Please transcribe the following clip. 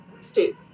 State